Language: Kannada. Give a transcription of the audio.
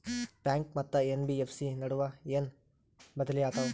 ಬ್ಯಾಂಕು ಮತ್ತ ಎನ್.ಬಿ.ಎಫ್.ಸಿ ನಡುವ ಏನ ಬದಲಿ ಆತವ?